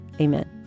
Amen